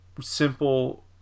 simple